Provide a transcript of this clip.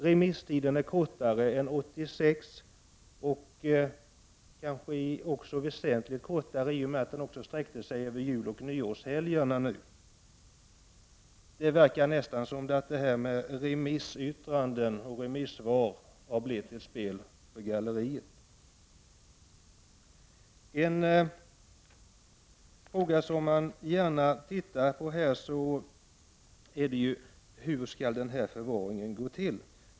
Remisstiden är kortare än 1986, kanske väsentligt kortare, i och med att den innefattade juloch nyårshelgerna. Det verkar som om inhämtandet av remissyttranden och remissvar har blivit ett spel för galleriet. En fråga som man gärna tittar på är hur förvaringen skall gå till.